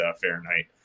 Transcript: Fahrenheit